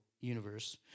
universe